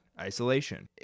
isolation